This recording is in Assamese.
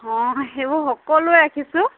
অঁ সেইবোৰ সকলোৱে ৰাখিছোঁ